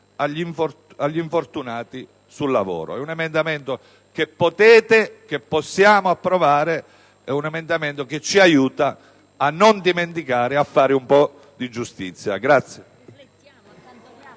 agli infortunati del lavoro. È un emendamento che potete e che possiamo approvare; è un emendamento che ci aiuta a non dimenticare e a fare un po' di giustizia.